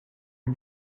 you